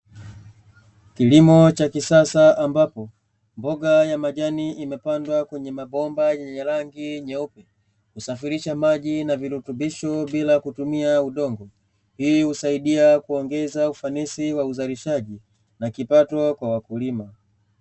Kilimo cha kisasa ambapo mboga ya majani imepandwa kwenye mabomba yenye rangi nyeupe, husafirisha maji na virutubisho bila kutumia udongo hii husaidia kuongeza ufanisi wa uzalishaji na kipato kwa wakulima.